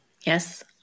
Yes